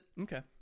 Okay